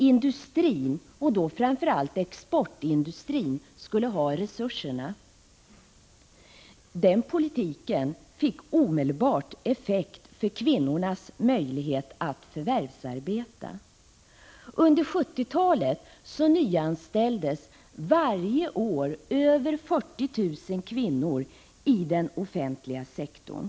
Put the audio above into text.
Industrin, och då framför allt exportindustrin, skulle ha resurserna. Den politiken fick omedelbart effekt för kvinnornas möjlighet att förvärvsarbeta. Under 1970-talet nyanställdes varje år över 40 000 kvinnor i den offentliga sektorn.